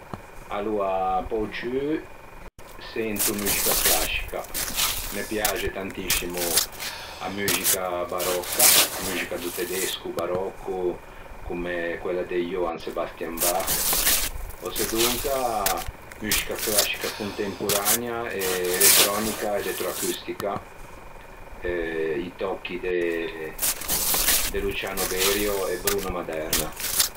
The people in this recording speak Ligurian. Aloa, pe-o ciù sento muxica clascica, me piaxe tantiscimo a muxica baròcca, a muxica do tedesco baròcco comme quella de Johann Sebastian Bach ò sedonca muxica clascica contemporanea e elettrònica e elettroacustica, i tòcchi de Luciano Berio e Bruno Maderna.